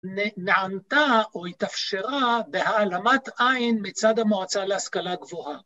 נענתה או התאפשרה בהעלמת עין מצד המועצה להשכלה גבוהה.